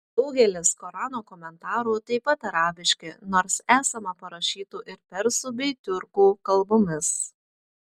daugelis korano komentarų taip pat arabiški nors esama parašytų ir persų bei tiurkų kalbomis